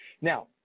Now